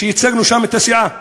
ייצגנו שם את הסיעה המשותפת.